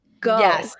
Go